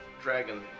dragon